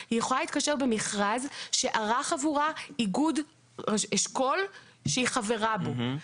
במכרז שערך עבורה איגוד אשכול שהיא חברה בו.